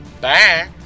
bye